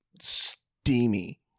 Steamy